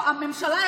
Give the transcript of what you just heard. מירב.